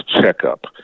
checkup